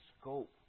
scope